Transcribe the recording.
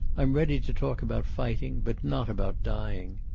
i'm ready to talk about fighting, but not about dying.